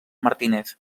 martínez